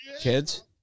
Kids